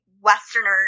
Westerners